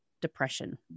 depression